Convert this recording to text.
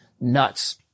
nuts